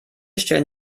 stellen